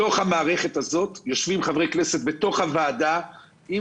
בתוך המערכת הזאת יושבים חברי כנסת בתוך הוועדה עם